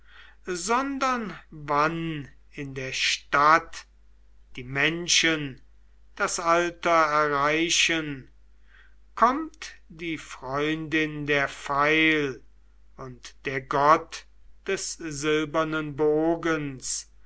sondern wann in der stadt die menschen das alter erreichen kommt die freundin der pfeil und der gott des silbernen bogens